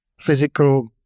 physical